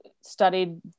studied